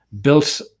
built